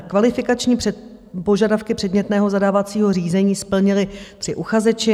Kvalifikační požadavky předmětného zadávacího řízení splnili tři uchazeči.